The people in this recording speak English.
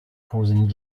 causing